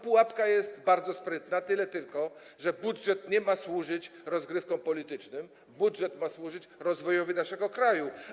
Pułapka jest bardzo sprytna, tyle tylko, że budżet nie ma służyć rozgrywkom politycznym, budżet ma służyć rozwojowi naszego kraju.